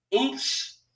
Oops